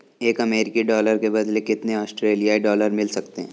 एक अमेरिकी डॉलर के बदले कितने ऑस्ट्रेलियाई डॉलर मिल सकते हैं?